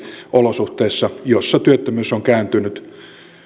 olosuhteissa joissa työttömyys on kääntynyt